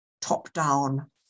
top-down